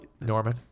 Norman